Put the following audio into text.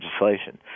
legislation